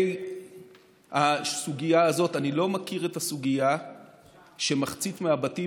אני לא מכיר את הסוגיה שמחצית מהבתים